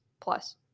plus